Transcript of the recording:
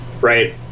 right